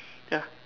ya